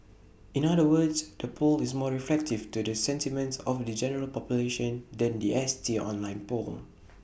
in other words the poll is more reflective to the sentiments of the general population than The S T online poll